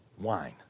wine